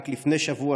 רק לפני שבוע,